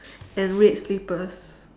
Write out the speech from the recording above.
and red slippers